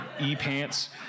E-Pants